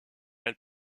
elle